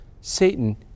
Satan